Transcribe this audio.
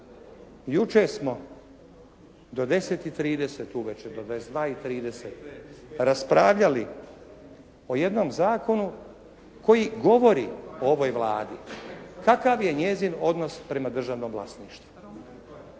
jučer smo do 22,30 raspravljali o jednom zakonu koji govori o ovoj Vladi, kakav je njezin odnos prema državnom vlasništvu.